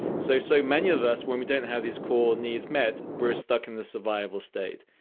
so so many of us, when we don't have these core needs met, we're stuck in the survival state.